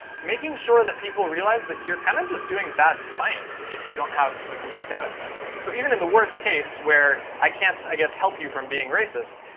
making sure that people realize that you're kind of just doing bad science if you don't have a complete data set. so even in the worst case, where i can't, i guess, help you from being racist,